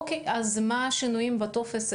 אוקיי, אז מה השינויים בטופס?